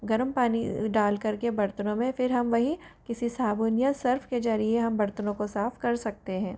गर्म पानी डालकर के बर्तनों में फिर हम वही किसी साबुन या सर्फ़ के ज़रिए हम बर्तनों को साफ़ कर सकते हैं